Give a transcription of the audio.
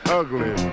ugly